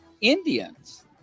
Indians